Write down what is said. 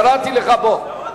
קראתי לך בוא,